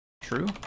true